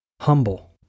humble